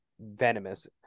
venomous